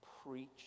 Preach